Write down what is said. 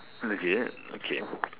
legit okay